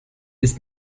ist